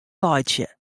laitsje